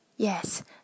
Yes